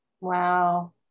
Wow